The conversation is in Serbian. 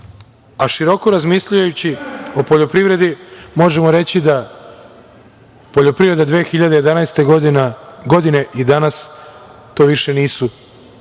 godina. Široko razmišljajući o poljoprivredi, možemo reći da poljoprivreda 2011. godine i danas, to više nisu